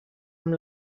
amb